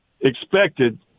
expected